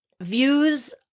views